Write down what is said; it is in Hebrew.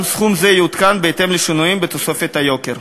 גם סכום זה יעודכן בהתאם לשינויים בתוספת היוקר.